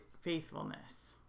faithfulness